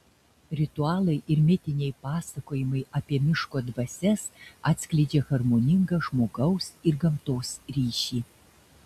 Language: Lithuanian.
ritualai ir mitiniai pasakojimai apie miško dvasias atskleidžia harmoningą žmogaus ir gamtos ryšį